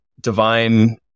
divine